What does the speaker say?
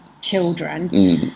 children